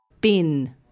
Bin